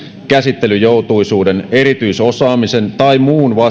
käsittelyn joutuisuuden erityisosaamisen tai muun vastaavan erityisen syyn vuoksi